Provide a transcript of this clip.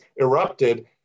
erupted